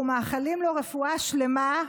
אנחנו מאחלים לו רפואה שלמה,